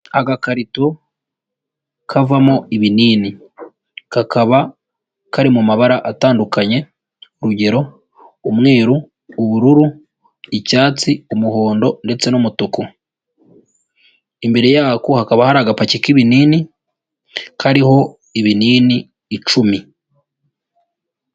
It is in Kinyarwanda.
Agakarito kavamo ibinini kakaba kari mu mabara atandukanye urugero umweru, ubururu, icyatsi, umuhondo ndetse n'umutuku, imbere y'ako hakaba hari agapaki k'ibinini kariho ibinini icumi.